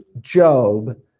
Job